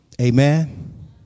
Amen